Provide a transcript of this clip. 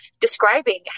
describing